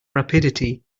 rapidity